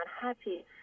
unhappy